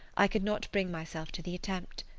i could not bring myself to the attempt.